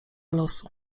losu